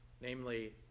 Namely